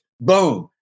Boom